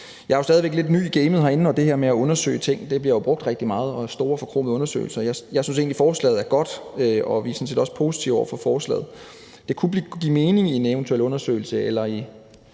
Jeg er jo stadig væk lidt ny i gamet herinde, og det her med at undersøge ting bliver jo brugt rigtig meget med store, forkromede undersøgelser, og jeg synes egentlig, at forslaget er godt, og vi er sådan set også positive over for forslaget. Det kunne måske give mening i en eventuel undersøgelse eller i